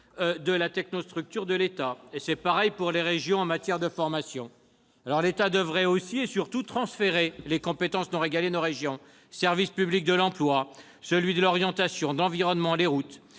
de la technostructure d'État, et ce, à la lettre. pour les régions en matière de formation. L'État devrait aussi et surtout transférer ses compétences non régaliennes aux régions : le service public de l'emploi, celui de l'orientation, l'environnement, les routes